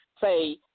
say